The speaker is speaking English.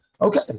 okay